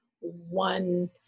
one